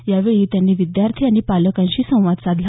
यावेळी त्यांनी विद्यार्थी आणि पालकांशी संवाद साधला